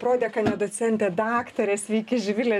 prodekanė docentė daktarė sveiki živile